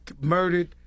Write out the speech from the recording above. murdered